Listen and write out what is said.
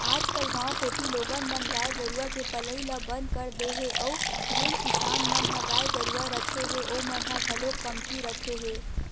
आजकल गाँव कोती लोगन मन गाय गरुवा के पलई ल बंद कर दे हे अउ जेन किसान मन ह गाय गरुवा रखे हे ओमन ह घलोक कमती रखे हे